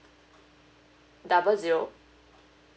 double zero